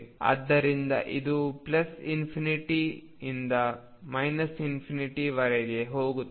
ಆದ್ದರಿಂದ ಇದು ∞ ರಿಂದ ∞ ವರೆಗೆ ಹೋಗುತ್ತದೆ